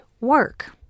work